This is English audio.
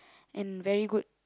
and very good